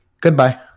goodbye